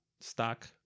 stock